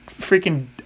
freaking